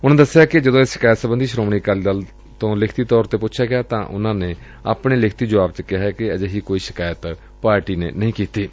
ਉਨਾਂ ਦੱਸਿਆ ਕਿ ਜਦੋ ਇਸ ਸ਼ਿਕਾਇਤ ਸਬੰਧੀ ਸ਼ੋਮਣੀ ਅਕਾਲੀ ਦਲ ਦੇ ਦਫ਼ਤਰ ਤੋਂ ਲਿਖਤੀ ਤੌਰ ਤੇ ਪੁੱਛਿਆ ਗਿਆ ਤਾਂ ਉਨਾਂ ਆਪਣੇ ਲਿਖਤੀ ਜੁਆਬ ਵਿੱਚ ਦਸਿਆ ਕਿ ਅਜਿਹੀ ਕੋਈ ਸ਼ਿਕਾਇਤ ਨਹੀ ਕੀਤੀ ਏ